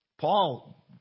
Paul